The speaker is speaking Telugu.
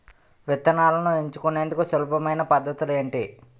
విత్తనాలను ఎంచుకునేందుకు సులభమైన పద్ధతులు ఏంటి?